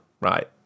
right